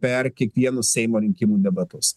per kiekvienus seimo rinkimų debatus